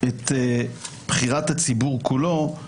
את בחירת הציבור כולו,